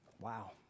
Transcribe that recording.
Wow